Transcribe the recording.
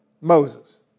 Moses